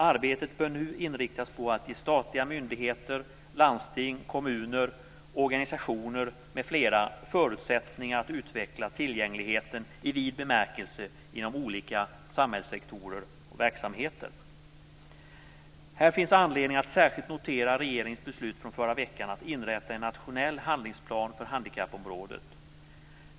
Arbetet bör nu inriktas på att ge statliga myndigheter, landsting, kommuner, organisationer m.fl. förutsättningar att utveckla tillgängligheten i vid bemärkelse inom olika samhällssektorer och verksamheter. Här finns anledning att särskilt notera regeringens beslut från förra veckan att inrätta en nationell handlingsplan för handikappområdet.